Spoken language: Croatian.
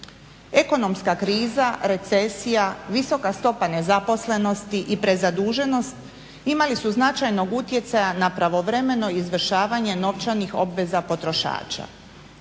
Ekonomska kriza, recesija, visoka stopa nezaposlenosti i prezaduženost imali su značajnog utjecaja na pravovremeno izvršavanje novčanih obveza potrošača.